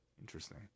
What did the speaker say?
Interesting